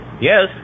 yes